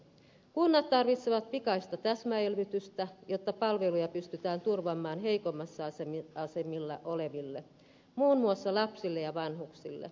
kunnat tarvitsevat pikaista täsmäelvytystä jotta palveluja pystytään turvaamaan heikommassa asemassa oleville muun muassa lapsille ja vanhuksille